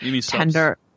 tender